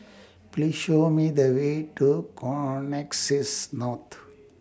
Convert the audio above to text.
Please Show Me The Way to Connexis naught